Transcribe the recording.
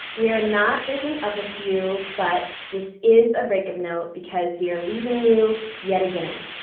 we're not breaking up with you but this is a breakup note because we are leaving you yet again.